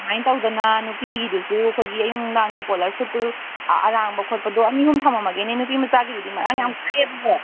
ꯑꯗꯨꯃꯥꯏ ꯇꯧꯗꯅ ꯅꯨꯄꯤꯒꯤꯗꯨꯁꯨ ꯑꯩꯈꯣꯏꯒꯤ ꯑꯌꯨꯛ ꯅꯨꯡꯗꯥꯡꯒꯤ ꯄꯣꯂꯔ ꯁꯨꯠꯇꯨ ꯑꯔꯥꯡꯕ ꯈꯣꯠꯄꯗꯣ ꯑꯅꯤ ꯑꯍꯨꯝ ꯊꯝꯃꯝꯃꯒꯦꯅꯦ ꯅꯨꯄꯤ ꯃꯆꯥꯒꯤꯗꯨꯗꯤ ꯃꯔꯥꯡ ꯌꯥꯝ ꯀꯥꯏꯑꯕ